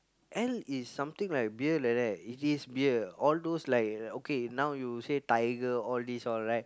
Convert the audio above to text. ale is something like beer like that it is beer all those like okay now you say Tiger all this all right